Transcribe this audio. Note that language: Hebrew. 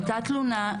הייתה תלונה,